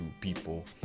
people